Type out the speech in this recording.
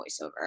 voiceover